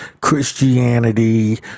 christianity